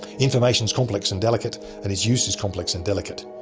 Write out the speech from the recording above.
information is complex and delicate and its use is complex and delicate.